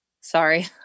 sorry